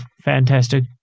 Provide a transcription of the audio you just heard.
fantastic